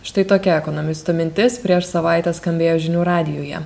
štai tokia ekonomisto mintis prieš savaitę skambėjo žinių radijuje